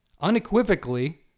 unequivocally